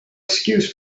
excuse